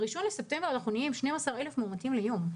ב-1 בספטמבר נהיה עם 12,000 מאומתים ליום,